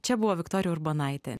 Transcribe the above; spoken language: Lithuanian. čia buvo viktorija urbonaitė